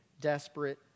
desperate